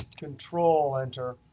control enter,